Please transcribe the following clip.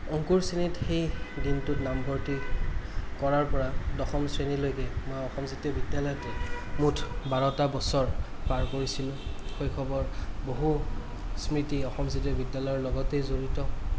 অংকুৰ শ্ৰেণীত সেই দিনটোত নামভৰ্তি কৰাৰপৰা দশম শ্ৰেণীলৈকে মই অসম জাতীয় বিদ্য়ালয়তেই মুঠ বাৰটা বছৰ পাৰ কৰিছিলোঁ শৈশৱৰ বহু স্মৃতি অসম জাতীয় বিদ্য়ালয়ৰ লগতেই জড়িত